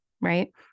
right